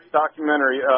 documentary